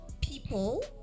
people